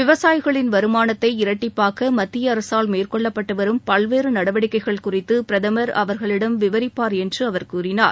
விவசாயிகளின் வருமானத்தை இரட்டிப்பாக்க மத்திய அரசால் மேற்கொள்ளப்பட்டு வரும் பல்வேறு நடவடிக்கைகள் குறித்து பிரதமா் அவர்களிடம் விவரிப்பார் என்று அவர் கூறினார்